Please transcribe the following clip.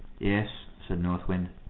yes, said north wind.